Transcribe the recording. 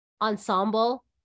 ensemble